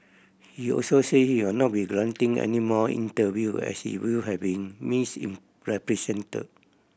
he also said he will not be granting any more interview as his view had been miss in represented